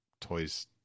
toys